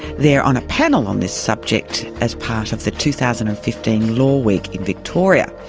they're on a panel on this subject as part of the two thousand and fifteen law week in victoria.